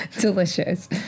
delicious